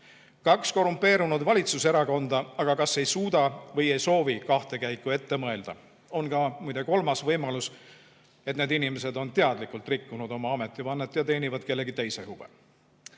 Kaks korrumpeerunud valitsuserakonda aga kas ei suuda või ei soovi kahte käiku ette mõelda. On ka muide kolmas võimalus: need inimesed on teadlikult rikkunud oma ametivannet ja teenivad kellegi teise huve.